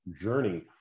journey